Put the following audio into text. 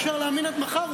אפשר להאמין עד מחר,